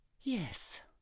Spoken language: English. Yes